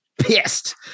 pissed